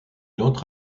entre